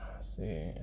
see